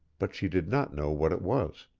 but she did not know what it was.